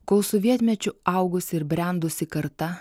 kol sovietmečiu augusi ir brendusi karta